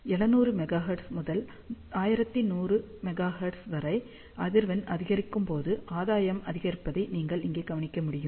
700 megahertz முதல் 1100 megahertz வரை அதிர்வெண் அதிகரிக்கும் போது ஆதாயம் அதிகரிப்பதை நீங்கள் இங்கே கவனிக்க முடியும்